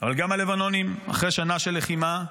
אבל גם הלבנונים אחרי שנה של לחימה,